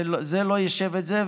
וזה לא ישב עם זה,